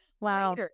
wow